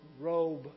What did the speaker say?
robe